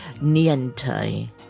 Niente